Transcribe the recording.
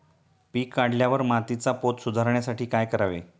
पीक काढल्यावर मातीचा पोत सुधारण्यासाठी काय करावे?